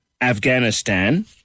Afghanistan